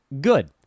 good